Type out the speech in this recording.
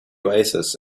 oasis